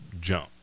Jump